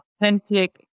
authentic